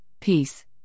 peace